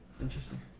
interesting